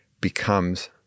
becomes